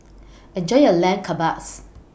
Enjoy your Lamb Kebabs